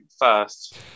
first